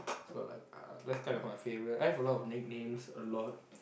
so like uh that's kind of my favourite I have a lot of nicknames a lot